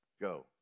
Go